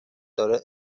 داره